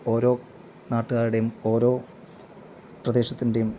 ഓരോ നാട്ടുകാരുടെയും ഓരോ പ്രദേശത്തിൻ്റെയും